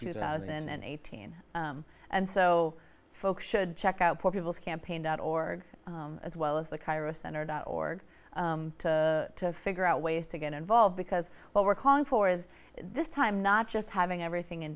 two thousand and eighteen and so folks should check out poor people's campaign dot org as well as the cairo center dot org to figure out ways to get involved because what we're calling for is this time not just having everything in